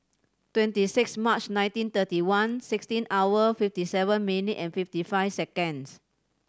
twenty six March nineteen thirty one sixteen hour fifty seven minute and fifty five seconds